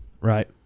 right